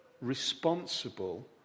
responsible